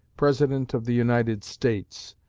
president of the united states,